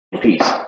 Peace